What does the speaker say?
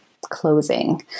closing